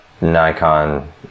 nikon